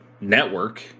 network